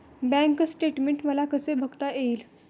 Bank statement मला कसे बघता येईल?